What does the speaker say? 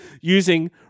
using